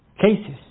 cases